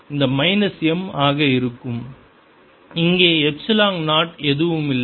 எனவே இது minus m ஆக இருக்கும் இங்கே எப்சிலன் 0 எதுவும் இல்லை